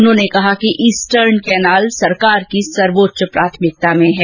उन्होंने कहा कि ईस्टर्न कैनाल सरकार की सर्वोच्च प्राथमिकता में है